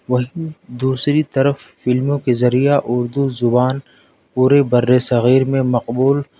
بلکہ دوسری طرف فلموں کے ذریعہ اردو زبان پورے بر صغیر میں مقبول